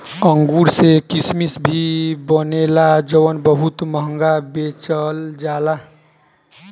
अंगूर से किसमिश भी बनेला जवन बहुत महंगा बेचल जाला